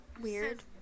weird